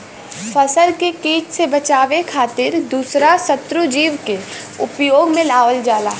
फसल के किट से बचावे खातिर दूसरा शत्रु जीव के उपयोग में लावल जाला